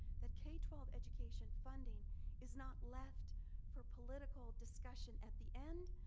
that k twelve education funding is not left for political discussion at the end,